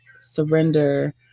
surrender